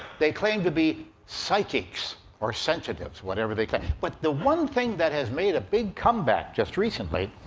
they claim to be psychics, or sensitives, whatever they can. but the one thing that has made a big comeback just recently